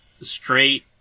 straight